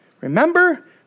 remember